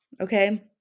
Okay